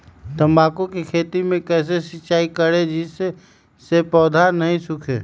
तम्बाकू के खेत मे कैसे सिंचाई करें जिस से पौधा नहीं सूखे?